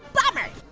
bummer!